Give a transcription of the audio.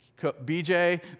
BJ